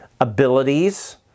abilities